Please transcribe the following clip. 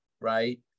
right